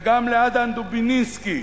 וגם לאדם דובז'ינסקי,